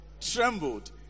trembled